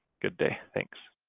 good day. thanks.